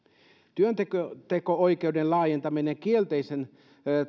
työnteko työnteko oikeuden laajentaminen kielteisen